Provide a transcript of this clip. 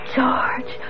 George